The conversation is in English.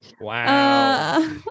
Wow